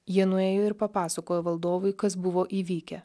jie nuėjo ir papasakojo valdovui kas buvo įvykę